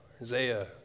Isaiah